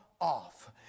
off